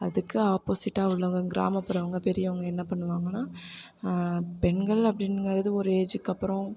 அதுக்கு ஆப்போசிட்டாக உள்ளவங்க கிராமப்புற பெரியவங்க என்ன பண்ணுவாங்கன்னால் பெண்கள் அப்படிங்குறது ஒரு ஏஜுக்கு அப்புறம்